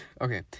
Okay